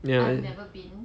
ya